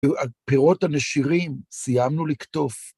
הפירות הנשירים סיימנו לקטוף.